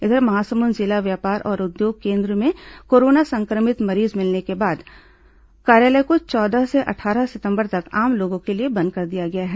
इधर महासमुंद जिला व्यापार और उद्योग केन्द्र में कोरोना संक्रमित मरीज मिलने के बाद कार्यालय को चौदह से अट्ठारह सितंबर तक आम लोगों के लिए बंद कर दिया गया है